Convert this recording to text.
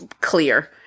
clear